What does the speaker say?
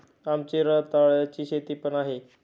आमची रताळ्याची शेती पण आहे